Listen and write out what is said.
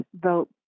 vote